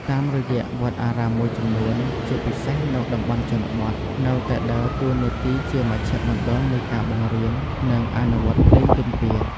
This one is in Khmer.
តាមរយៈវត្តអារាមមួយចំនួន ជាពិសេសនៅតំបន់ជនបទ នៅតែដើរតួនាទីជាមជ្ឈមណ្ឌលនៃការបង្រៀន និងអនុវត្តភ្លេងពិណពាទ្យ។